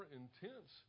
intense